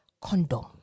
Condom